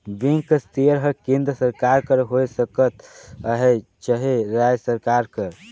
bank कर share हर केन्द्र सरकार कर होए सकत अहे चहे राएज सरकार कर